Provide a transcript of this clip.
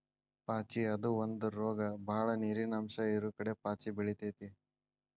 ಪಾಚಿ ಅದು ಒಂದ ರೋಗ ಬಾಳ ನೇರಿನ ಅಂಶ ಇರುಕಡೆ ಪಾಚಿ ಬೆಳಿತೆತಿ